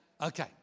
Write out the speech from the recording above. Okay